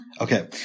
Okay